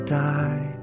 die